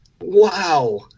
Wow